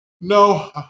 No